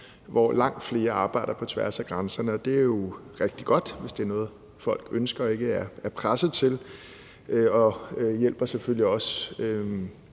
hvor langt flere arbejder på tværs af grænserne, og det er jo rigtig godt, hvis det er noget, folk ønsker og ikke er presset til. Og det hjælper selvfølgelig også